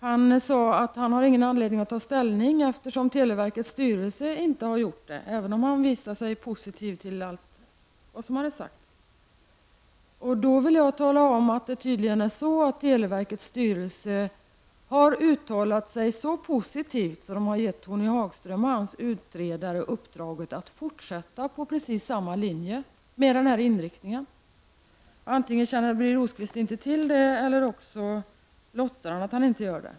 Han sade att han inte har någon anledning att ta ställning, eftersom televerkets styrelse inte har gjort det, även om han visade sig vara positiv till allt vad som hade sagts. Jag vill då tala om att televerkets styrelse har uttalat sig så positivt att man givit Tony Hagström och hans utredare uppdraget att fortsätta på samma linje, det vill säga med den här inriktningen. Antingen känner Birger Rosqvist inte till det eller också låtsas han att han inte gör det.